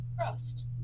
crust